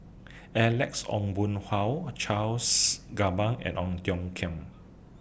Alex Ong Boon Hau Charles Gamba and Ong Tiong Khiam